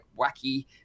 wacky